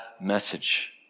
message